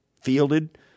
fielded